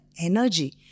energy